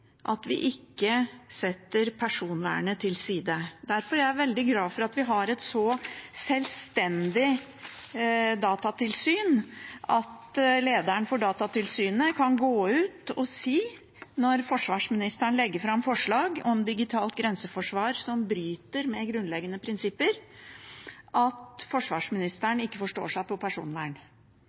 at vi ikke setter personvernet til side. Derfor er jeg veldig glad for at vi har et så sjølstendig datatilsyn at lederen for Datatilsynet kan gå ut og si, når forsvarsministeren legger fram forslag om digitalt grenseforsvar som bryter med grunnleggende prinsipper, at forsvarsministeren ikke forstår seg på personvern.